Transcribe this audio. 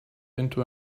into